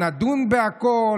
נדון בהכול,